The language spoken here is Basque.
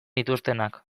dituztenak